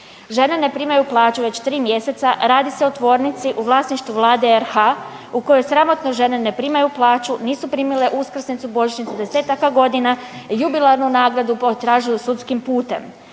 Žene ne primaju plaću već 3 mjeseca, radi se o tvornici u vlasništvu Vlade RH u kojoj sramotno žene ne primaju plaću, nisu primile uskrsnicu, božićnicu desetaka godina, jubilarnu nagradu potražuju sudskim putem